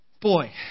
Boy